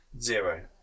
Zero